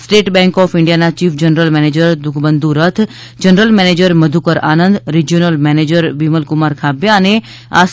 state Bank of ઇન્ડીયાના chief general manager Dukhbandhu રથજનરલ manager Madhukar Anand regional manager Vimalkumar Khabya અને આસી